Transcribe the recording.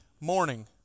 morning